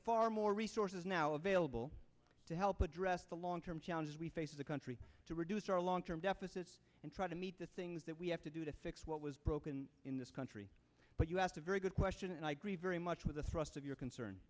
far more resources now available to help address the long term challenges we face as a country to reduce our long term deficits and try to meet the things that we have to do to fix what was broken in this country but you asked a very good question and i agree very much with the thrust of your concern